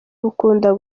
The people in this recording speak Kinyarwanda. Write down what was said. bukunda